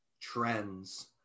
trends